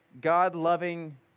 God-loving